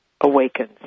awakens